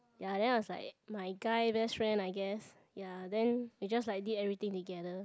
ya then I was like my guy best friend I guess ya then we just like did everything together